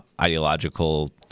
ideological